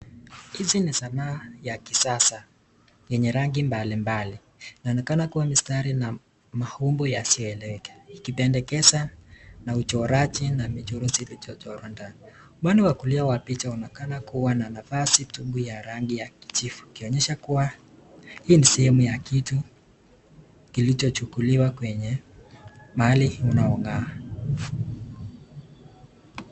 Hizi ni sanaa ya kisasa yenye rangi mbalimbali. Inaonekana kuwa mistari na maumbo yasioeleweka, ikipendekeza na uchoraji na michoro zilizochorwa ndani. Upande wa kulia wa picha unaonekana kuwa na nafasi tupu ya rangi ya kijivu ikionyesha kuwa hii ni sehemu ya kitu kilichochukuliwa kwenye mahali unaong'aa.